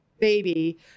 baby